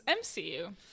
MCU